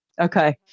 Okay